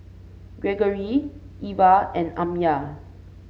Gregory Ivah and Amya